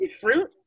Fruit